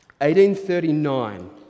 1839